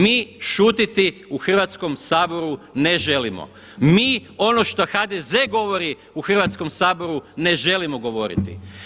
Mi šutiti u Hrvatskom saboru ne želimo, mi ono što HDZ govori u Hrvatskom saboru ne želimo govoriti.